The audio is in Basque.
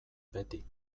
beti